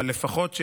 אבל לפחות,